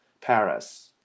Paris